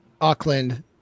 Auckland